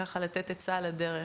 ככה, לתת עצה על הדרך.